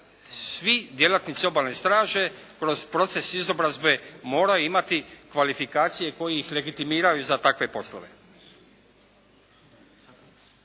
svi djelatnici Obalne straže kroz proces izobrazbe moraju imati kvalifikacije koje ih legitimiraju za takve poslove.